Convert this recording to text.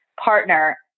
partner